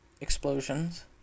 explosions